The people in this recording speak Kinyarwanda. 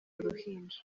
uruhinja